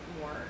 more